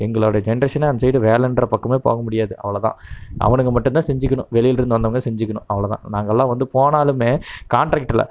எங்களோடய ஜென்ரேஷனே அந்த சைடு வேலைன்ற பக்கமே போக முடியாது அவ்வளோதான் அவனுங்க மட்டும்தான் செஞ்சுக்கணும் வெளிலெருந்து வந்தவங்க செஞ்சுக்கணும் அவ்வளோ தான் நாங்கெல்லாம் வந்து போனாலுமே கான்ட்ராக்டில்